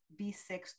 B6